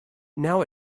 now